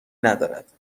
ندارد